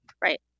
Right